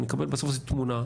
שנקבל בסוף איזו תמונה.